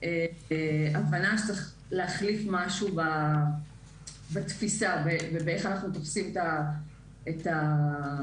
הבנה שצריך להחליף משהו בתפיסה ובאיך שאנחנו תופסים את הנושא